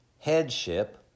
headship